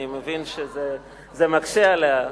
אני מבין שזה מקשה עליה.